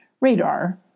Radar